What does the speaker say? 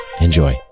Enjoy